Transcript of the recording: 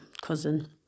cousin